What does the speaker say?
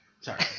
Sorry